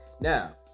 Now